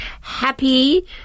happy